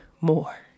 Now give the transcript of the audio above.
more